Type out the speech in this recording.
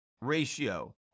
ratio